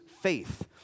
faith